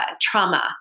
trauma